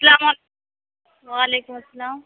السّلام علیکم وعلیکم السّلام